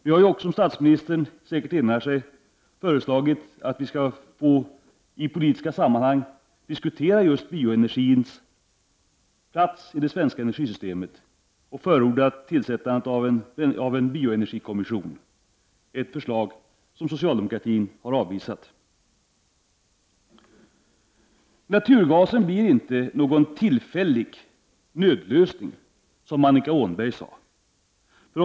Vi har också, som statsministern säkert erinrar sig, föreslagit att vi i politiska sammanhang skall diskutera just bioenergins plats i det svenska energisystemet och förorda tillsättande av en bioenergikommission, ett förslag som socialdemokratin har avvisat. Naturgasen blir inte någon tillfällig nödlösning, som Annika Åhnberg sade.